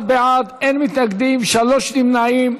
41 בעד, אין מתנגדים, שלושה נמנעים.